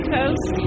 Coast